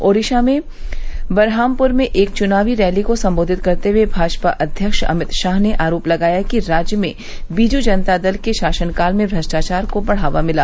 ओडिशा में बरहामपुर में एक चुनावी रैली को संबोधित करते हए भाजपा अध्यक्ष अमित शाह ने आरोप लगाया कि राज्य में बीजू जनता दल के शासनकाल में भ्रष्टाचार को बढ़ावा मिला